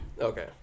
Okay